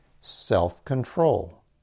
self-control